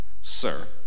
Sir